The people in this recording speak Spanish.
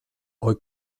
hoy